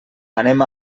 anem